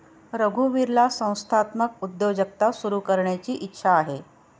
रघुवीरला संस्थात्मक उद्योजकता सुरू करायची इच्छा आहे